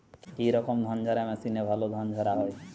কি রকম ধানঝাড়া মেশিনে ভালো ধান ঝাড়া হয়?